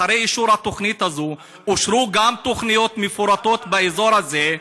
אחרי אישור התוכנית הזאת אושרו גם תוכניות מפורטות באזור הזה.